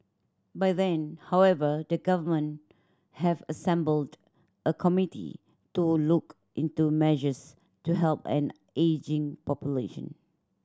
by then however the government have assembled a committee to look into measures to help an ageing population